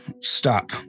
stop